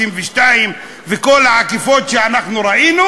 ב-52 וכל העקיפות שאנחנו ראינו,